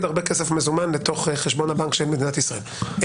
הרבה כסף מזומן בתוך חשבון הבנק של מדינת ישראל.